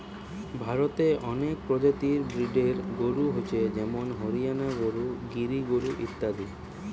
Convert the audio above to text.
ভারতে অনেক প্রজাতির ব্রিডের গরু হচ্ছে যেমন হরিয়ানা গরু, গির গরু ইত্যাদি